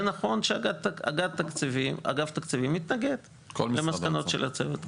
זה נכון שאגף תקציבים מתנגד למסקנות של הצוות.